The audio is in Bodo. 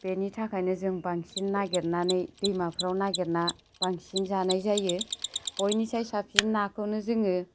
बेनि थाखायनो जों बांसिन नागिरनानै दैमाफोराव नागिरना बांसिन जानाय जायो बयनिसाय साबसिन नाखौनो जोङो